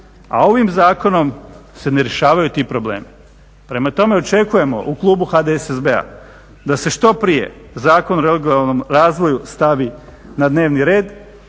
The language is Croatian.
a ovim zakonom se ne rješavaju ti problemi. Prema tome, očekujemo u klubu HDSSB-a da se što prije Zakon o regionalnom razvoju stavi na dnevni red